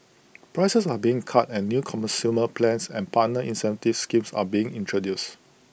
prices are being cut and new consumer plans and partner incentive schemes are being introduced